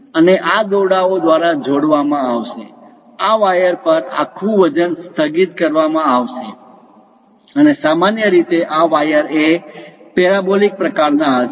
અને આ દોરડા ઓ દ્વારા જોડવામાં આવશે આ વાયર પર આખું વજન સ્થગિત કરવામાં આવશે અને સામાન્ય રીતે આ વાયર એ પેરાબોલિક પ્રકારના હશે